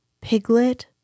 Piglet